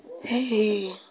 Hey